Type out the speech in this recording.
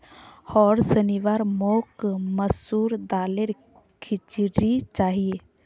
होर शनिवार मोक मसूर दालेर खिचड़ी चाहिए